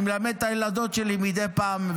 אני מלמד את הילדות שלי מדי פעם,